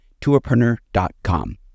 tourpreneur.com